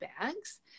bags